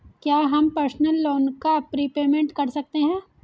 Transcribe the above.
क्या हम personal loan का प्रीपेमेंट कर सकते हैं?